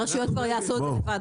הרשויות כבר יעשו את זה לבד.